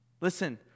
Listen